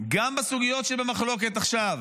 גם בסוגיות שבמחלוקת עכשיו: